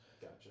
Gotcha